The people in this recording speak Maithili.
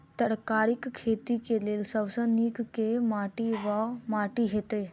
तरकारीक खेती केँ लेल सब सऽ नीक केँ माटि वा माटि हेतै?